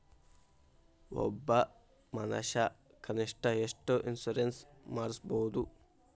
ಒಬ್ಬ ಮನಷಾ ಕನಿಷ್ಠ ಎಷ್ಟ್ ಇನ್ಸುರೆನ್ಸ್ ಮಾಡ್ಸ್ಬೊದು?